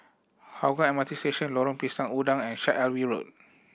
Hougang M R T Station Lorong Pisang Udang and Syed Alwi Road